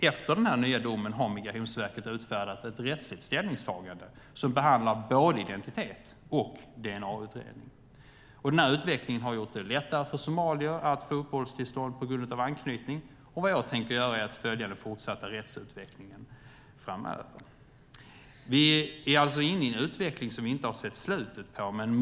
Efter den nya domen har Migrationsverket utfärdat ett rättsligt ställningstagande som behandlar både identitet och dna-utredning. Denna utveckling har gjort det lättare för somalier att få uppehållstillstånd på grund av anknytning. Jag tänker följa den fortsatta rättsutvecklingen framöver. Vi är inne i en utveckling som vi inte har sett slutet på.